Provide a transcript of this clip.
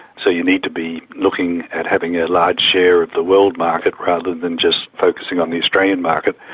so you need to be looking at having a large share of the world market rather than just focusing on the australian market,